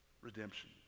Redemption